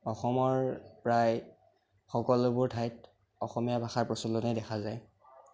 অসমৰ প্ৰায় সকলোবোৰ ঠাইত অসমীয়া ভাষাৰ প্ৰচলনেই দেখা যায়